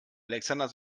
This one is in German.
alexander